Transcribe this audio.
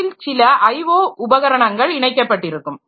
அவற்றில் சில IO உபகரணங்கள் இணைக்கப்பட்டிருக்கும்